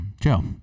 Joe